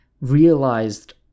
realized